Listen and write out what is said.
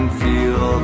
feel